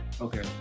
Okay